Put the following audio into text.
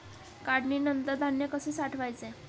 काढणीनंतर धान्य कसे साठवायचे?